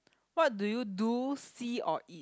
what do you do see or eat